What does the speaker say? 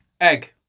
Egg